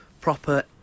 proper